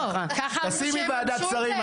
תשימי ועדת שרים,